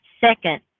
Second